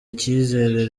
icyizere